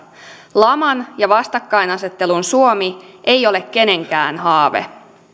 laman ja vastakkainasettelun suomi ei ole kenenkään haave